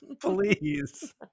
Please